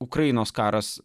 ukrainos karas